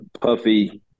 puffy